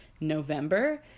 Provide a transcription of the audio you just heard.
November